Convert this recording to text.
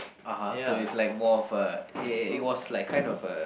(uh huh) so it's like more of a it it was like kind of a